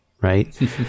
Right